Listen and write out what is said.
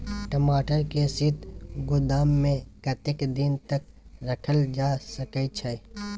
टमाटर के शीत गोदाम में कतेक दिन तक रखल जा सकय छैय?